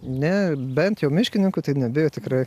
ne bent jau miškininkų tai nebijo tikrai